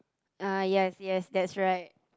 ah yes yes that's right